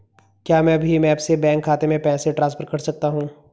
क्या मैं भीम ऐप से बैंक खाते में पैसे ट्रांसफर कर सकता हूँ?